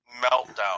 meltdown